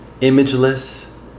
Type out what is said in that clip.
imageless